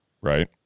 right